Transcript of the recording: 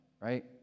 right